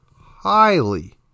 highly